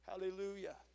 Hallelujah